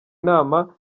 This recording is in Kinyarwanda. inama